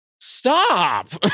Stop